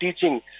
teaching